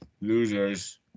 Losers